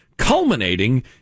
culminating